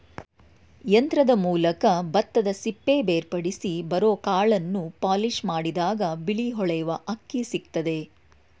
ಯಂತ್ರದ ಮೂಲಕ ಭತ್ತದಸಿಪ್ಪೆ ಬೇರ್ಪಡಿಸಿ ಬರೋಕಾಳನ್ನು ಪಾಲಿಷ್ಮಾಡಿದಾಗ ಬಿಳಿ ಹೊಳೆಯುವ ಅಕ್ಕಿ ಸಿಕ್ತದೆ